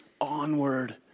onward